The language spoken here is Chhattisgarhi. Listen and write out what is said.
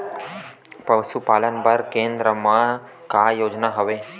पशुपालन बर केन्द्र म का योजना हवे?